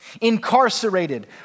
incarcerated